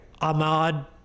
ahmad